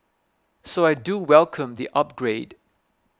so I do welcome the upgrade